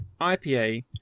IPA